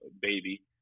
baby